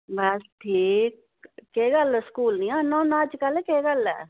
बस ठीक केह् गल्ल स्कूल निं औंना होन्ना अजकल्ल केह् गल्ल ऐ